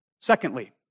Secondly